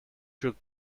should